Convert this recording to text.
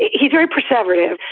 he's very perceptive.